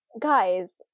Guys